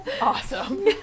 Awesome